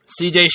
CJ